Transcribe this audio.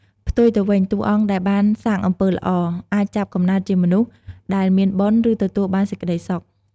ផ្ទុយទៅវិញ តួអង្គដែលបានសាងអំពើល្អ អាចចាប់កំណើតជាមនុស្សដែលមានបុណ្យ ឬទទួលបានសេចក្ដីសុខ។